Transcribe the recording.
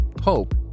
hope